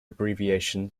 abbreviation